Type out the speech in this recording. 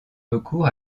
recours